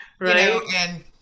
right